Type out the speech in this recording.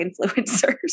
influencers